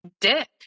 dick